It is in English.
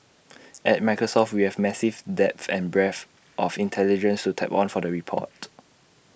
at Microsoft we have massive depth and breadth of intelligence to tap on for the report